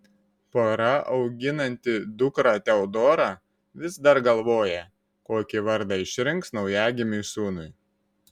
pora auginanti dukrą teodorą vis dar galvoja kokį vardą išrinks naujagimiui sūnui